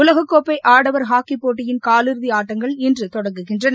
உலகக்கோப்பை ஆடவர் ஹாக்கி போட்டியின் காலிறுதி ஆட்டங்கள் இன்று தொடங்குகின்றன